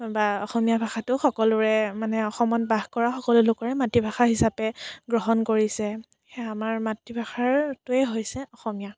বা অসমীয়া ভাষাটো সকলোৰে মানে অসমত বাস কৰা সকলো লোকৰে মাতৃভাষা হিচাপে গ্ৰহণ কৰিছে সেয়ে আমাৰ মাতৃভাষাটোৱে হৈছে অসমীয়া